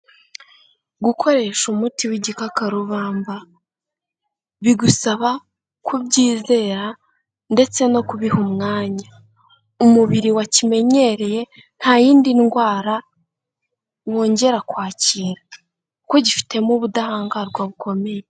Gukoresha umuti w'igikakarubamba bigusaba kubyizera ndetse no kubiha umwanya, umubiri wakimenyereye nta yindi ndwara wongera kwakira kuko gifitemo ubudahangarwa bukomeye.